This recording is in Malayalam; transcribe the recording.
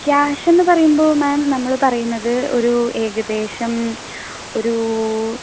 ക്യാഷ് എന്ന് പറയുമ്പോൾ മാം നമ്മൾ പറയുന്നത് ഒരു ഏകദേശം ഒരു